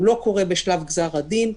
הוא לא קורה בשלב גזר הדין.